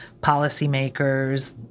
policymakers